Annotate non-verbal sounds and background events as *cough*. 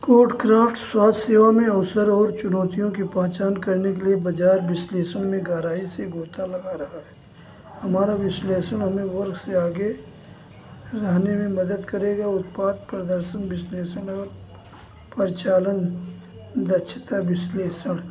CodeCraft स्वास्थ्य सेवा में अवसर और चुनौतियों की पहचान करने के लिए बाज़ार विश्लेषण में गहराई से गोता लगा रहा है हमारा विश्लेषण हमें *unintelligible* से आगे रहने में मदद करेगा उत्पाद प्रदर्शन विश्लेषण और प्रचालन दक्षता विश्लेषण